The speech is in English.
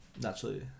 Naturally